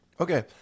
Okay